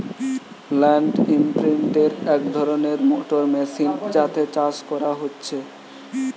land ইমপ্রিন্টের এক ধরণের মোটর মেশিন যাতে করে চাষ হচ্ছে